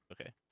Okay